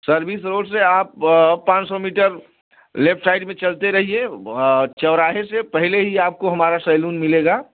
service road से आप पाँच सौ मीटर लेफ़्ट साइड में चलते रहिए चौराहे से पहले ही आपको हमारा सैलून मिलेगा